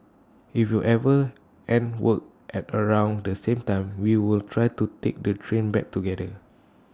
if we ever end work at around the same time we will try to take the train back together